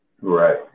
Right